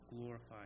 glorified